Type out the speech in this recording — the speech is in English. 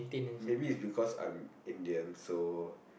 maybe it's because I'm Indian so